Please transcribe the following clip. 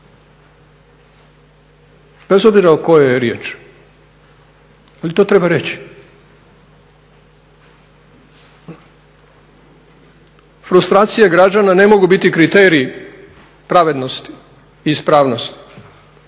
bez obzira o kojoj je riječ, ali to treba reći. Frustracije građana ne mogu biti kriteriji pravednosti i ispravnosti,